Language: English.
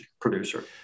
producer